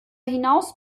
hinaus